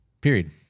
Period